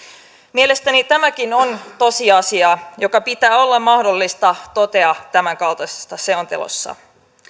mielestäni tämäkin on tosiasia joka pitää olla mahdollista todeta tämänkaltaisessa selonteossa